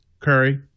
Curry